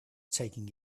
taking